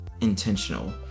intentional